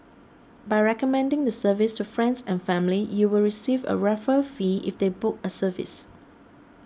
by recommending the service to friends and family you will receive a referral fee if they book a service